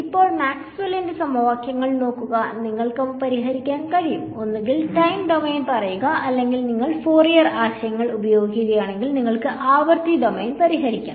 ഇപ്പോൾ മാക്സ്വെല്ലിന്റെ സമവാക്യങ്ങൾ നോക്കുന്നു നിങ്ങൾക്ക് അവ പരിഹരിക്കാൻ കഴിയും ഒന്നുകിൽ ടൈം ഡൊമെയ്ൻപറയുക അല്ലെങ്കിൽ നിങ്ങൾ ഫോറിയർ ആശയങ്ങൾ ഉപയോഗിക്കുകയാണെങ്കിൽ നിങ്ങൾക്ക് ആവൃത്തി ഡൊമെയ്ൻ പരിഹരിക്കാം